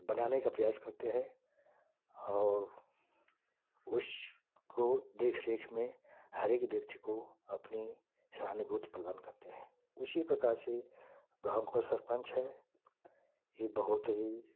बनाने का प्रयास करते हैं और उसको देख रेख में हर एक व्यक्ति को अपनी सहानुभूति प्रदान करते हैं उसी प्रकार से गाँव का सरपंच है ये बहुत ही